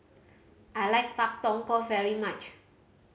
I like Pak Thong Ko very much